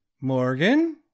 Morgan